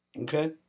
Okay